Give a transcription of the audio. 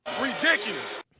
Ridiculous